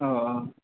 औ